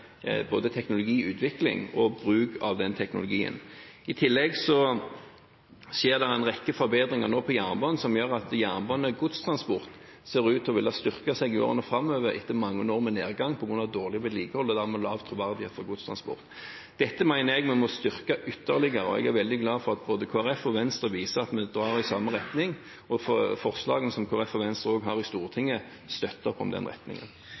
både teknologiutvikling og bruk av den teknologien. I tillegg skjer det nå en rekke forbedringer på jernbanen som gjør at jernbane- og godstransport ser ut til å ville styrke seg i årene framover etter mange år med nedgang på grunn av dårlig vedlikehold og dermed lav troverdighet for godstransporten. Dette mener jeg vi må styrke ytterligere. Jeg er veldig glad for at både Kristelig Folkeparti og Venstre viser at vi går i samme retning, og at forslagene som Kristelig Folkeparti og Venstre fremmer i Stortinget, støtter opp om den retningen.